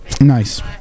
Nice